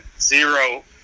zero